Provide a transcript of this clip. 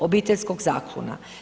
Obiteljskog zakona.